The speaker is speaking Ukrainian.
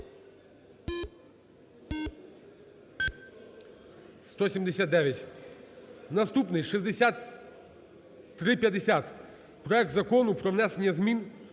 За-179 Наступний 6350: проект Закону про внесення змін